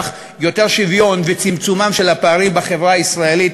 יותר שוויון וצמצומם של הפערים בחברה הישראלית.